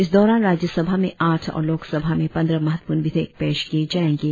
इस दौरान राज्यसभा में आठ और लोकसभा में पंद्रह महत्वपूर्ण विधेयक पेश किए जाएंगे